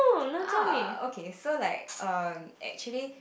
ah okay so like um actually